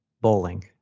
bowling